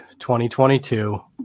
2022